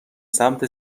سمت